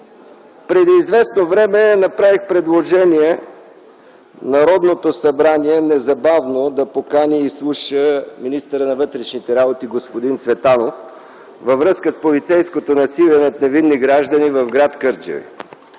Преди известно време направих предложение Народното събрание незабавно да покани и изслуша министъра на вътрешните работи господин Цветанов във връзка с полицейското насилие над невинни граждани в гр. Кърджали.